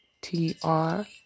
T-R